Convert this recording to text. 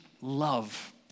love